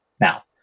now